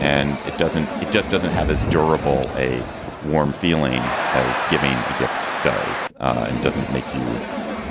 and it doesn't it just doesn't have as durable a warm feeling as giving a gift does and doesn't make you